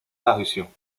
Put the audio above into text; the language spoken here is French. parution